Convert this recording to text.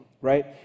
right